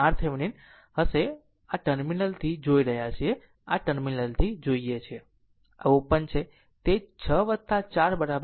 અને RThevenin હશે આપણે આ ટર્મિનલથી જોઈ રહ્યા છીએ આ ટર્મિનલથી જોઈએ છીએ આ ઓપન છે તે 6 4 10 Ω હશે આ RThevenin અને τ L RThevenin છે